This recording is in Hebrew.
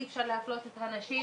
אי אפשר להפלות את הנשים,